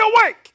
awake